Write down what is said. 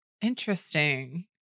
Interesting